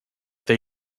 they